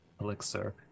elixir